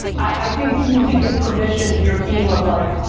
i think you need to give permission to your team of like,